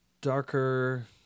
darker